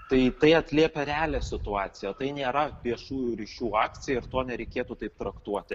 tai tai atliepia realią situaciją tai nėra viešųjų ryšių akcija ir tuo nereikėtų taip traktuoti